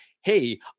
hey